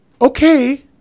Okay